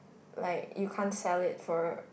like you can't sell it for